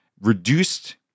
reduced